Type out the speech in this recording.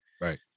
right